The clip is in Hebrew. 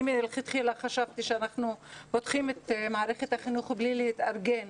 אני מלכתחילה חשבתי שאנחנו פותחים את מערכת החינוך בלי להתארגן